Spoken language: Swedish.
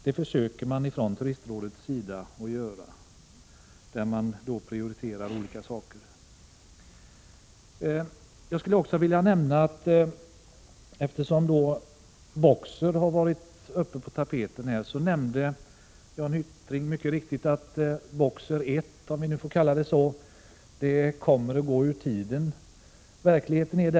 Det försöker man göra från Turistrådets sida och prioriterar olika områden. BOKSER har varit på tapeten här i dag. Som Jan Hyttring mycket riktigt påpekade kommer BOKSER I, om vi nu kan kalla det så, att gå ur tiden.